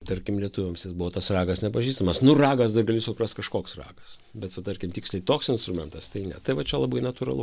tarkim lietuviams jis buvo tas ragas nepažįstamas nu ragas dar gali suprast kažkoks ragas bet va tarkim tiksliai toks instrumentas tai ne tai va čia labai natūralu